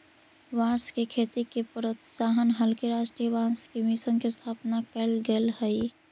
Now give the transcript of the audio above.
बाँस के खेती के प्रोत्साहन हलगी राष्ट्रीय बाँस मिशन के स्थापना कैल गेल हइ